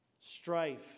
strife